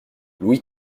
louis